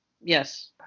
yes